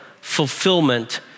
fulfillment